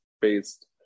based